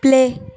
play